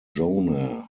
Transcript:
jonah